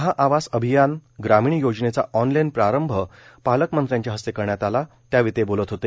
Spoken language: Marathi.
महा आवास अभियान ग्रामीण योजनेचा ऑनलाईन प्रारंभ पालकमंत्र्यांच्या हस्ते करण्यात आला त्यावेळी ते बोलत होते